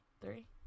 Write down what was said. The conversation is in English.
three